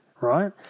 right